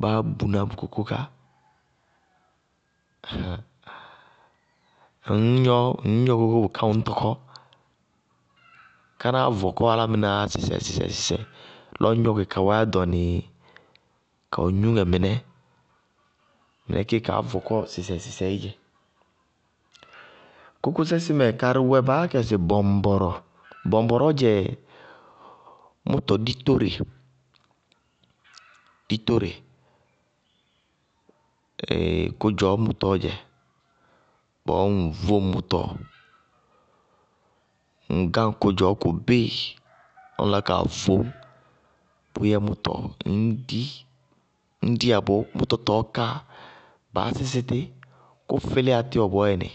Báá buná bʋ kókó ká. ŋñ gnɔ bʋká ŋñ tɔkɔ. Kánáá vɔkɔɔwá sɩsɛɩsɩsɛɩ, lɔ ñŋ ŋñ gnɔkɛ, ka wɛɛ yá ɖɔnɩ kawɛ gnúŋɛ mɩnɛ, lɔ mɩnɛkéé kaá vɔkɔ sɩsɛɩsɩsɛɩ dzɛ, kókósɛ sí mɛ, karɩ wɛ baá yá kɛ sɩ bɔŋbɔrɔ. bɔŋbɔrɔɔ dzɛ mʋtɔ ditóre, ditóre ɛɛɛ kʋdzɔɔ mʋtɔɔ dzɛ, bɔɔ ñŋ ŋ vóŋ mʋtɔ. Ŋ gáŋ kʋdzɔɔ kʋ bíɩ lɔ ŋlá kaa voñ bʋyɛ mʋtɔ, ññ dí. Ñ diyá bɔɔ mʋtɔ tɔɔ káa, baá sísɩ tí, kʋ fɩlíyá tíwɔ bɔɔyɛnɩ